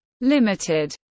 Limited